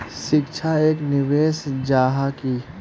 शिक्षा एक निवेश जाहा की?